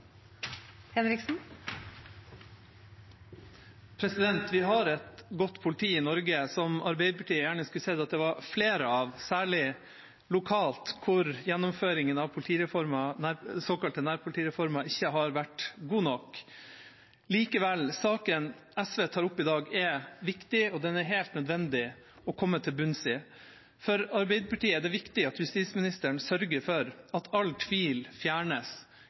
videre. Vi har et godt politi i Norge som Arbeiderpartiet gjerne skulle sett det var flere av, særlig lokalt, hvor gjennomføringen av politireformen – den såkalte nærpolitireformen – ikke har vært god nok. Likevel: Saken SV tar opp i dag, er viktig, og den er helt nødvendig å komme til bunns i. For Arbeiderpartiet er det viktig at justisministeren sørger for at all tvil